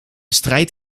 strijd